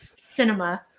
cinema